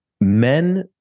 Men